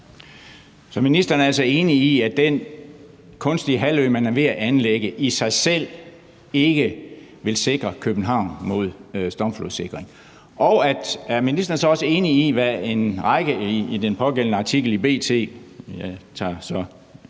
ministeren er altså enig i, at den kunstige halvø, man er ved at anlægge, i sig selv ikke vil sikre København mod stormflod. En række mennesker udtaler sig i den pågældende artikel i B.T. – jeg